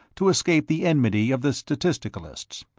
to escape the enmity of the statisticalists.